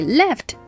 left